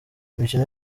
imikino